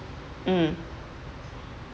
mm